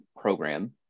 program